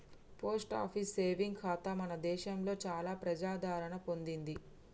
post office saving ఖాతా మన దేశంలో చాలా ప్రజాదరణ పొందింది